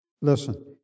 listen